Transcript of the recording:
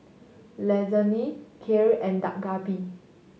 Lasagne Kheer and Dak Galbi